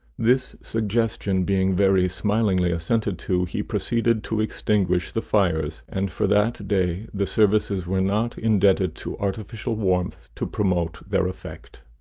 this suggestion being very smilingly assented to, he proceeded to extinguish the fires, and for that day the services were not indebted to artificial warmth to promote their effect.